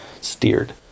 steered